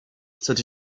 cette